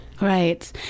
Right